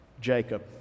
Jacob